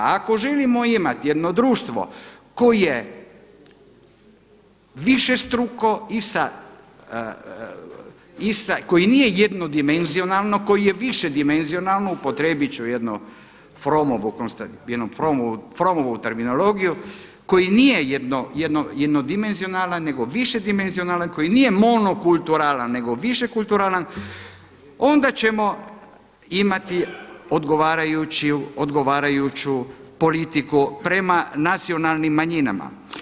Ako želimo imati jedno društvo koje višestruko, koje nije jednodimenzionalno, koje je višedimenzionalno, upotrijebit ću jednu Frommovu terminologiju, koje nije jednodimenzionalan nego višedimenzionalan, koji nije monokulturalan nego više kulturalan, onda ćemo imati odgovarajuću politiku prema nacionalnim manjinama.